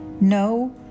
No